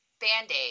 Band-Aid